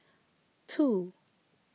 two